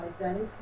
identity